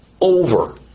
over